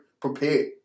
prepare